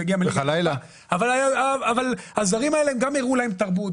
אבל הזרים האלה גם הראו להם תרבות,